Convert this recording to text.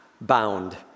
bound